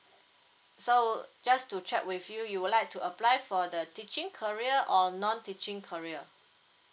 so just to check with you you would like to apply for the teaching career or non teaching career